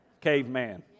Caveman